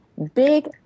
Big